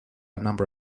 number